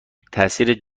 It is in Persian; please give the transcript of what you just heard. تاثیر